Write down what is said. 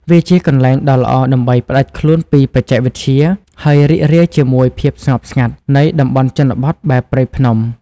វាជាកន្លែងដ៏ល្អដើម្បីផ្ដាច់ខ្លួនពីបច្ចេកវិទ្យា ហើយរីករាយជាមួយ ភាពស្ងប់ស្ងាត់ នៃតំបន់ជនបទបែបព្រៃភ្នំ។